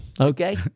Okay